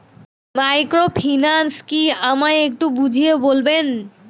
Microfinance কি আমায় একটু বুঝিয়ে বলবেন?